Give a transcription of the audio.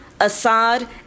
Assad